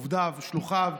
עובדיו ושלוחיו,